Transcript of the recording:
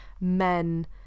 men